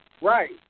Right